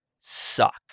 suck